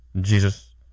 Jesus